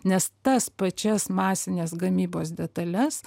nes tas pačias masinės gamybos detales